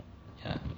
ya